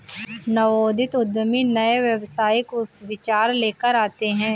नवोदित उद्यमी नए व्यावसायिक विचार लेकर आते हैं